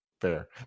fair